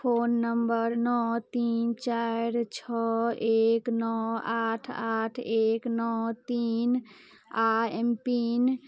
phone number नओ तीन चारि छओ एक नओ आठ आठ एक नओ तीन आओर एम पिन